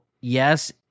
yes